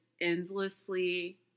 endlessly